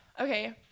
okay